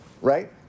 right